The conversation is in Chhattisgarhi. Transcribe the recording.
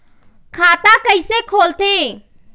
खाता कइसे खोलथें?